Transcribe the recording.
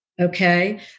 Okay